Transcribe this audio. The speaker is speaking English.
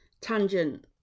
tangent